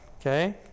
Okay